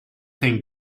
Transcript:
think